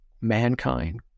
mankind